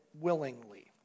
willingly